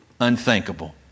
unthinkable